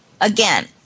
Again